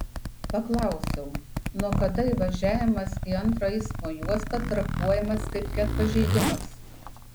paklausiau nuo kada įvažiavimas į antrą eismo juostą traktuojamas kaip ket pažeidimas